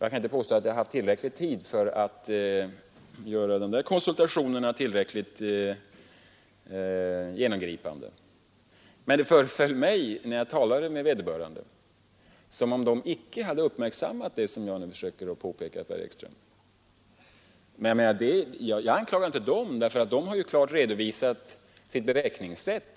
Jag kan inte påstå att jag har haft nog lång tid för att göra konsultationerna tillräckligt genomgripande, men när jag talade med vederbörande föreföll det som om de icke hade uppmärksammat vad jag nu försöker påpeka för herr Ekström. Jag anklagar inte dem — de har klart redovisat sitt beräknings t.